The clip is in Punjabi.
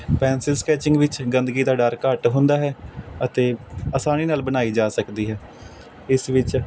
ਪੈਨਸਿਲ ਸਕੈਚਿੰਗ ਵਿੱਚ ਗੰਦਗੀ ਦਾ ਡਰ ਘੱਟ ਹੁੰਦਾ ਹੈ ਅਤੇ ਅਸਾਨੀ ਨਾਲ ਬਣਾਈ ਜਾ ਸਕਦੀ ਹੈ ਇਸ ਵਿੱਚ